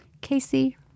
Casey